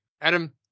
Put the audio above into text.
Adam